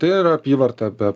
tai yra apyvarta be